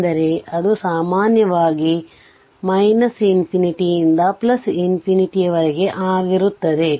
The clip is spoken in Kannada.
ಎಂದರೆ ಅದು ಸಾಮಾನ್ಯವಾಗಿ ಯಿಂದ ಯವರೆಗೆ ಆಗಿರುತ್ತದೆ